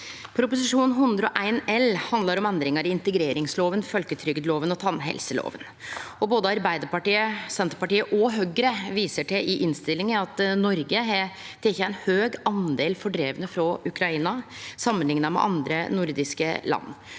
Prop. 101 L handlar om endringar i integreringslova, folketrygdlova og tannhelsetenestelova. Både Arbeidarpartiet, Senterpartiet og Høgre viser i innstillinga til at Noreg har teke ein høg andel fordrivne frå Ukraina, samanlikna med andre nordiske land.